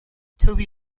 toby